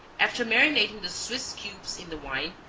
after marinating the swiss cubes in the wine,